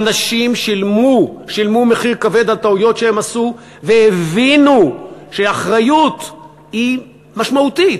אנשים שילמו מחיר כבד על טעויות שהם עשו והבינו שהאחריות היא משמעותית.